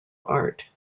art